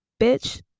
bitch